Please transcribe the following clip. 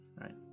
Right